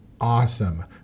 awesome